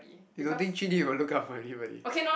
you don't think will look out for anybody